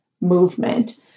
movement